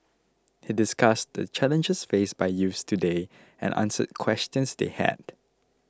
he discussed the challenges faced by youths today and answered questions they had